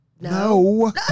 No